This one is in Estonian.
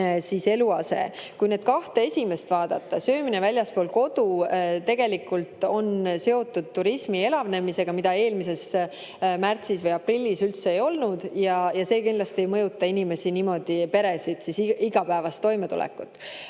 ning eluase. Kui esimest vaadata, söömine väljaspool kodu, siis tegelikult on see seotud turismi elavnemisega, mida eelmises märtsis-aprillis üldse ei olnud, ja see kindlasti ei mõjuta inimesi niimoodi, perede igapäevast toimetulekut.